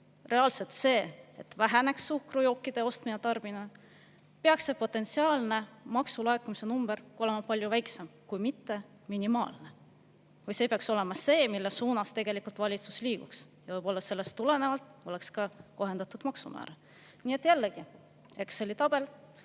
reaalselt see, et väheneks suhkrujookide ostmine ja tarbimine, peaks see potentsiaalne maksulaekumise number olema palju väiksem, kui mitte minimaalne. See peaks olema see, mille suunas tegelikult valitsus liigub, ja võib-olla sellest tulenevalt oleks ka kohendatud maksumäär. Nii et jällegi Exceli tabel.